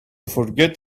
forget